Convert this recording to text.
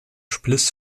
spliss